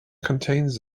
contains